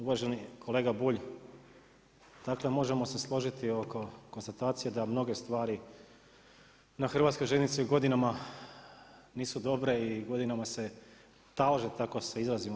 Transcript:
Uvaženi kolega Bulj, dakle možemo se složiti oko konstatacije da mnoge stvari na Hrvatskoj željeznici godinama nisu dobre i godinama se talože da tako se izrazimo.